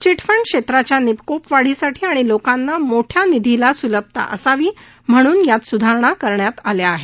chit fund क्षेत्राच्या निकोप वाढीसाठी आणि लोकांना मोठ्या निधीसाठी स्लभता असावी म्हणून यात स्धारणा करण्यात आल्या आहेत